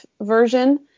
version